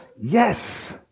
Yes